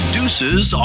Deuces